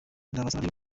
ndabasaba